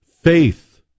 Faith